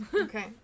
Okay